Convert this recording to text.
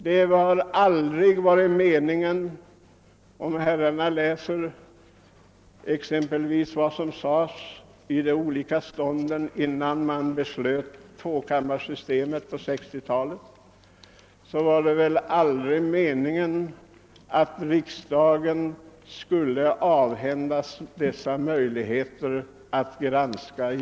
Om herrarna läser om vad som exempelvis sades från de olika stånden innan man beslöt införandet av tvåkammarsystemet på 1860-talet, framgår att det aldrig var meningen att riksdagen skulle avhända sig sina möjligheter att få granska.